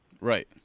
Right